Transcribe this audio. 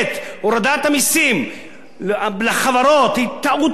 הורדת המסים לחברות היא טעות איומה.